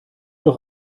doch